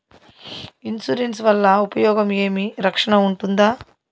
Insurance వల్ల ఉపయోగం ఏమి? రక్షణ ఉంటుందా?